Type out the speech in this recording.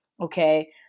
okay